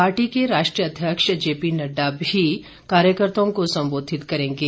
party के राष्ट्रीय अध्यक्ष जेपी नड्डा भी कार्यकर्ताओं को सम्बोधित करेंगे